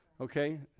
Okay